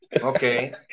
Okay